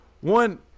one